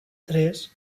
tres